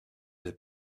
est